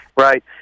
right